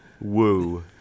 Woo